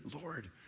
Lord